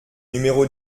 numéro